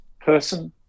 person